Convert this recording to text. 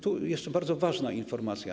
Tu jeszcze bardzo ważna informacja.